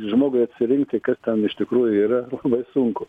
žmogui atsirinkti kas ten iš tikrųjų yra labai sunku